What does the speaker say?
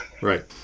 Right